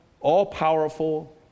all-powerful